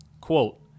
Quote